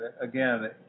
again